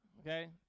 Okay